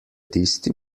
tisti